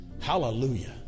Hallelujah